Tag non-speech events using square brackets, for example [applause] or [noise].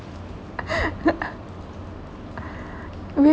[laughs] with